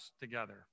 together